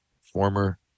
former